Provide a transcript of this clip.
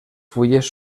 fulles